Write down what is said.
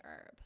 herb